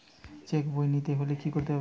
Check বই নিতে হলে কি করতে হবে?